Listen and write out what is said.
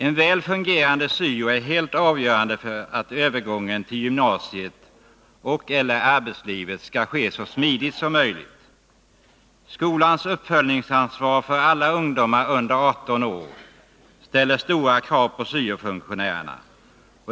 En väl fungerande syo är helt avgörande för att övergången till gymnasium eller arbetsliv kan ske så smidigt som möjligt. Skolans uppföljningsansvar för alla ungdomar under 18 år ställer stora krav på syo-funktionärerna.